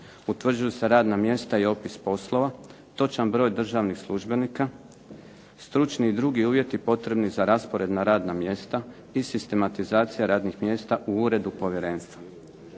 utvrđuju se radna mjesta i opis poslova, točan broj državnih službenika, stručni i drugi uvjeti potrebni za raspored na radna mjesta i sistematizacija radnih mjesta u uredu povjerenstva.